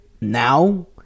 now